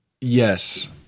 yes